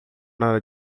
nada